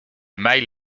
maille